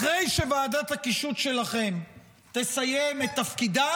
אחרי שוועדת הקישוט שלכם תסיים את תפקידה,